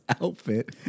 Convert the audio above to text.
outfit